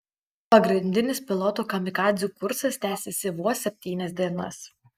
pagrindinis pilotų kamikadzių kursas tęsėsi vos septynias dienas